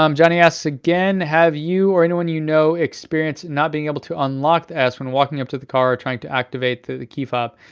um johnny asks again, have you or anyone you know experienced not being able to unlock the s when walking to the car or trying to activate the the key fob?